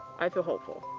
i feel hopeful.